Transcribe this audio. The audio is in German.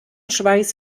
schweiß